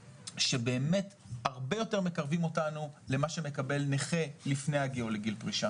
שבאמת הרבה יותר מקרבים אותנו למה שמקבל נכה לפני הגיעו לגיל פרישה.